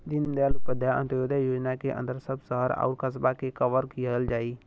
दीनदयाल उपाध्याय अंत्योदय योजना के अंदर सब शहर आउर कस्बा के कवर किहल जाई